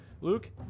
Luke